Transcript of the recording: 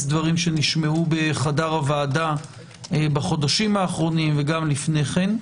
דברים שנשמעו בחדר הוועדה בחודשים האחרונים וגם לפני כן,